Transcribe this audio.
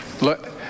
look